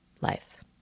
life